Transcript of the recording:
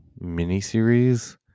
miniseries